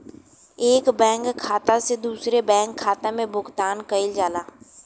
एक बैंक खाता से दूसरे बैंक खाता में भुगतान कइल जाला